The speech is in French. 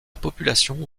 population